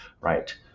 right